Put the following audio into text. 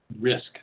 risk